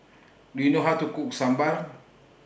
Do YOU know How to Cook Sambar